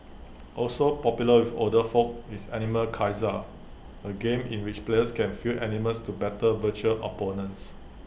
also popular with older folk is animal Kaiser A game in which players can field animals to battle virtual opponents